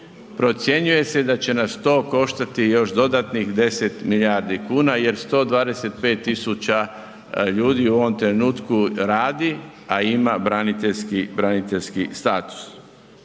procjenjuje se da će nas to koštati još dodatnih 10 milijardi kuna jer 125000 ljudi u ovom trenutku radi, a ima braniteljski status.